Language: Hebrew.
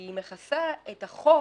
כי היא מכסה את החוב